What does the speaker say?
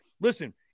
listen